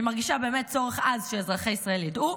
אני מרגישה באמת צורך עז שאזרחי ישראל ידעו,